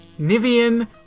Nivian